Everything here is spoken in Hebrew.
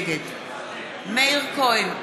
נגד מאיר כהן,